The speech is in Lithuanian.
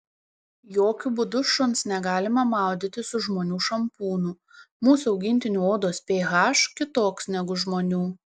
jokiu būdu šuns negalima maudyti su žmonių šampūnu mūsų augintinių odos ph kitoks negu žmonių